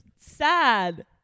sad